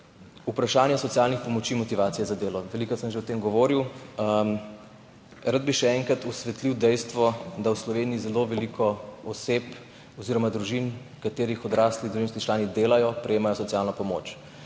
Vprašanje socialnih pomoči, motivacije za delo, velikokrat sem že o tem govoril. Rad bi še enkrat osvetlil dejstvo, da v Sloveniji zelo veliko oseb oziroma družin, katerih odrasli družinski člani delajo, prejema socialno pomoč.